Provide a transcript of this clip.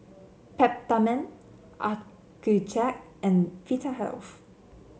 Peptamen Accucheck and Vitahealth